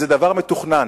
זה דבר מתוכנן,